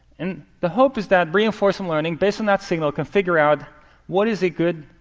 and the hope is that reinforcement learning, based on that signal, can figure out what is a good